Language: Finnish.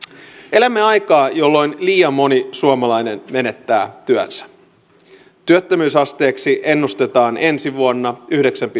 elämme aikaa jolloin liian moni suomalainen menettää työnsä työttömyysasteeksi ennustetaan ensi vuonna yhdeksää